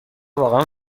واقعا